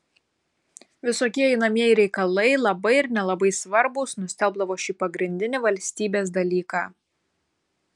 visokie einamieji reikalai labai ir nelabai svarbūs nustelbdavo šį pagrindinį valstybės dalyką